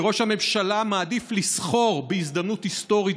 שראש הממשלה מעדיף לסחור בהזדמנות היסטורית